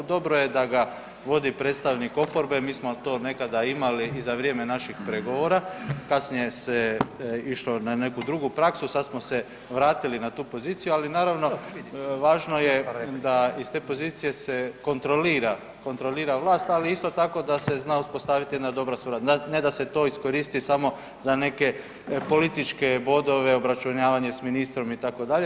Dobro je da ga vodi predstavnik oporbe, mi smo to nekada imali i za vrijeme naših pregovora, kasnije se išlo na neku drugu praksu, sad smo se vratili na tu poziciju, ali naravno važno je da iz te pozicije se kontrolira, kontrolira vlast, ali isto tako da se zna uspostaviti jedna dobra suradnja, ne da se to iskoristi samo za neke političke bodove, obračunavanje s ministrom itd.